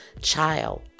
child